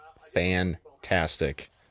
fantastic